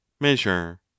measure